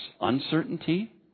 uncertainty